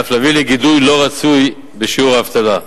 ואף להביא לגידול לא רצוי בשיעור האבטלה.